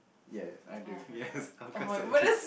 ya I do yes I was caste actually